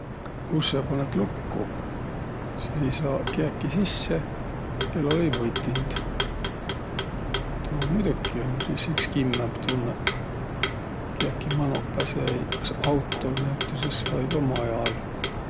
Ussõ panõt lukku, sis ei saaq kiäki sisse, kel olõ-õi võtind. Tuu muidoki um sis iks kimmämb tunnõq, ku kiäki manoq päse-eiq. Kas autol näütüses vai ka majal.